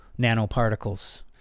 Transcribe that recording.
nanoparticles